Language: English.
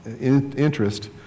interest